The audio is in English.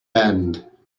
end